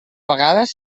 vegades